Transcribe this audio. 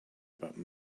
about